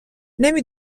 نمی